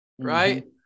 Right